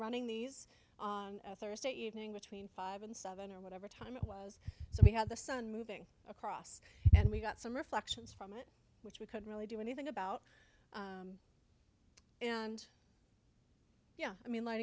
running these on thursday evening between five and seven or whatever it was so we had the sun moving across and we got some reflections from it which we couldn't really do anything about and yeah i mean li